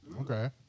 Okay